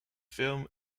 film